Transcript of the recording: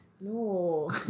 no